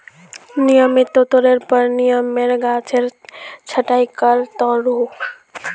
नियमित तौरेर पर नीमेर गाछेर छटाई कर त रोह